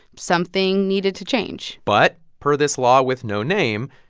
something needed to change but per this law with no name,